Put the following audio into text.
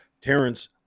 Terrence